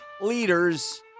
leaders